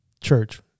church